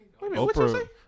Oprah